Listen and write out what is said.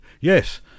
yes